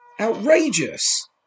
Outrageous